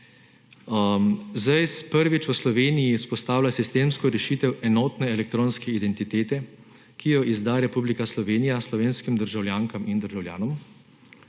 ZEISZ prvič v Sloveniji vzpostavlja sistemsko rešitev enotne elektronske identitete, ki jo izda Republika Slovenija slovenskim državljankam in državljanom